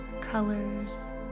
colors